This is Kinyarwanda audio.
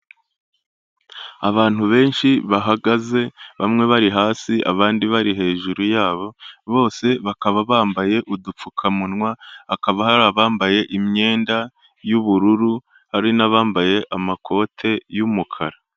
Abantu benshi bahagaze, bamwe bari hasi abandi bari hejuru yabo, bose bakaba bambaye udupfukamunwa hakaba hari abambaye imyenda y'ubururu, hari n'abambaye amakoti y'umukara.